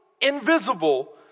invisible